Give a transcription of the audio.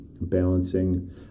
Balancing